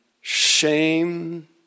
shame